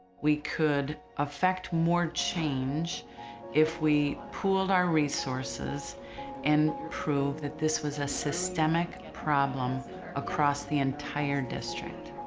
we could effect more change if we pooled our resources and proved that this was a systemic problem across the entire district.